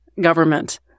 government